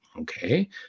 okay